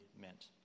meant